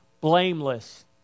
blameless